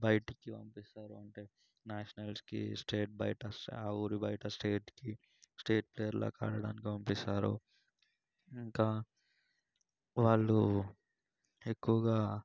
బయటకి పంపిస్తారు అంటే న్యాషనల్స్కి స్టేట్ బయట ఆ ఊరి బయట స్టేట్కి స్టేట్ ప్లేయర్లాకా ఆడడానికి పంపిస్తారు ఇంకా వాళ్ళు ఎక్కువుగా